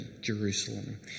Jerusalem